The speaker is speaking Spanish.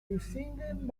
distinguen